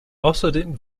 außerdem